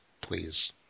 Please